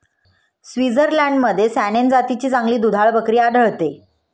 स्वित्झर्लंडमध्ये सॅनेन जातीची चांगली दुधाळ बकरी आढळते